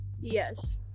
yes